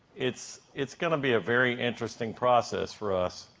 it's it's gonna be a very interesting process for us.